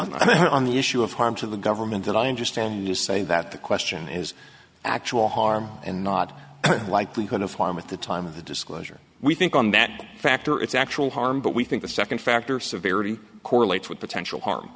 on the issue of harm to the government that i understand you say that the question is actual harm and not likelihood of harm at the time of the disclosure we think on that factor it's actual harm but we think the second factor severity correlates with potential harm